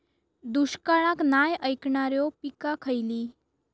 दुष्काळाक नाय ऐकणार्यो पीका खयली?